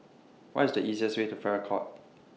What IS The easiest Way to Farrer Court